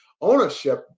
ownership